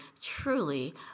truly